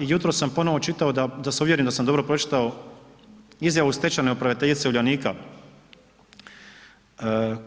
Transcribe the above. Jutros sam ponovo čitao da se uvjerim da sam dobro pročitao izjavu stečajne upraviteljice Uljanika